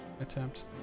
attempt